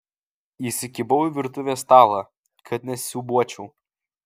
įsikibau į virtuvės stalą kad nesiūbuočiau